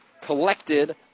collected